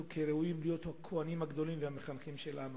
כראויים להיות הכוהנים הגדולים והמחנכים של העם.